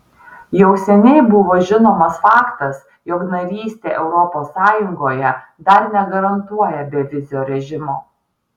jau seniai buvo žinomas faktas jog narystė europos sąjungoje dar negarantuoja bevizio režimo